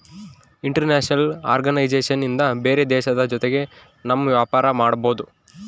international organisation ಇಂದ ಬೇರೆ ದೇಶದ ಜೊತೆಗೆ ನಮ್ ವ್ಯಾಪಾರ ಮಾಡ್ಬೋದು